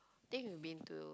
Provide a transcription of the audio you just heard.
think we've been to